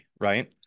right